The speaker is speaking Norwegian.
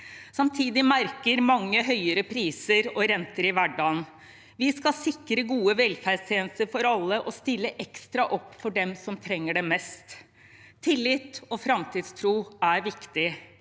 Samtidig merker mange høyere priser og renter i hverdagen. Vi skal sikre gode velferdstjenester for alle og stille ekstra opp for dem som trenger det mest. Tillit og framtidstro er viktig.